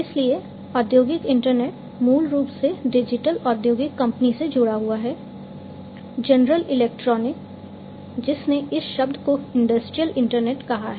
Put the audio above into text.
इसलिए औद्योगिक इंटरनेट मूल रूप से डिजिटल औद्योगिक कंपनी से जुड़ा हुआ है जनरल इलेक्ट्रिक जिसने इस शब्द को इंडस्ट्रियल इंटरनेट कहा है